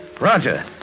Roger